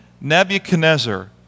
Nebuchadnezzar